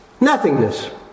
nothingness